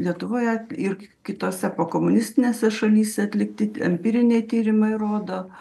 lietuvoje ir k kitose pokomunistinėse šalyse atlikti empiriniai tyrimai rodo